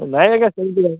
ନାହିଁ ଆଜ୍ଞା ସେମିତି ନାହିଁ